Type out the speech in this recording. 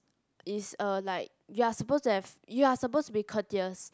is uh like you are supposed to have you are supposed to be courteous